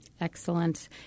Excellent